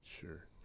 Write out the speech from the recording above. Sure